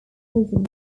prison